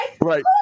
Right